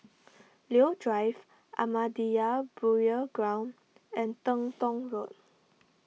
Leo Drive Ahmadiyya Burial Ground and Teng Tong Road